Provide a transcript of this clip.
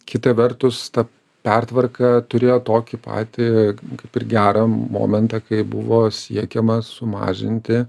kita vertus ta pertvarka turėjo tokį patį kaip ir gerą momentą kai buvo siekiama sumažinti